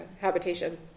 habitation